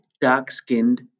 Dark-Skinned